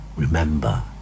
Remember